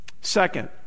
Second